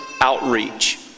outreach